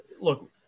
look